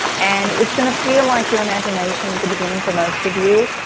and it's going to feel like your imagination at the beginning for most of you.